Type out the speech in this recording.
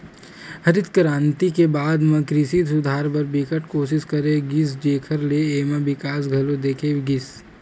हरित करांति के बाद म कृषि सुधार बर बिकट कोसिस करे गिस जेखर ले एमा बिकास घलो देखे गिस